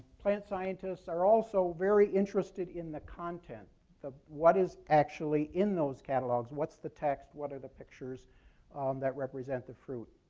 plant scientists are also very interested in the content of what is actually in those catalogs. what's the text? what are the pictures um that represent the fruit?